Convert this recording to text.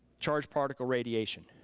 charged particle radiation.